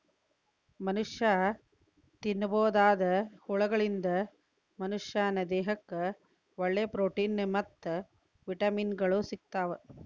ಮನಷ್ಯಾ ತಿನ್ನಬೋದಾದ ಹುಳಗಳಿಂದ ಮನಶ್ಯಾನ ದೇಹಕ್ಕ ಒಳ್ಳೆ ಪ್ರೊಟೇನ್ ಮತ್ತ್ ವಿಟಮಿನ್ ಗಳು ಸಿಗ್ತಾವ